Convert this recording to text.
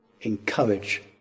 encourage